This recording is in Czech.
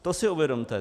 To si uvědomte.